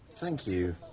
thank you!